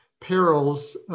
perils